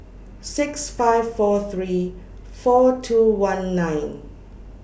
six five four three four two one nine